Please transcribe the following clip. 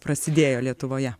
prasidėjo lietuvoje